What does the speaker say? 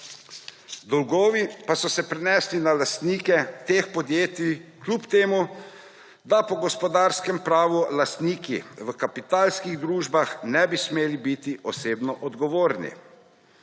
Dolgovi pa so se prinesli na lastnike teh podjetij, kljub temu da po gospodarskem pravu lastniki v kapitalskih družbah ne bi smeli biti osebno odgovorni.